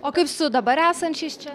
o kaip su dabar esančiais čia